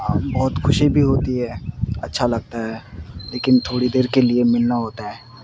بہت خوشی بھی ہوتی ہے اچھا لگتا ہے لیکن تھوڑی دیر کے لیے ملنا ہوتا ہے